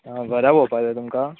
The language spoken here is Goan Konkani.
आं घरां पळोवपाक जाय तुमकां